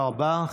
תודה רבה.